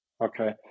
Okay